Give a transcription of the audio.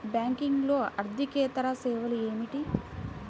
బ్యాంకింగ్లో అర్దికేతర సేవలు ఏమిటీ?